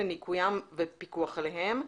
לניקויים ופיקוח עליהם.